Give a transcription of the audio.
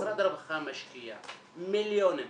משרד הרווחה משקיע מיליונים,